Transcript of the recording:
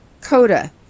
CODA